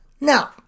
Now